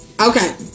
Okay